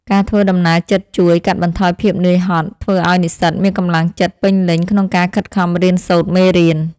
ការធ្វើដំណើរជិតជួយកាត់បន្ថយភាពហត់នឿយ ធ្វើឱ្យនិស្សិតមានកម្លាំងចិត្តពេញលេញក្នុងការខិតខំរៀនសូត្រមេរៀន។